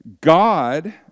God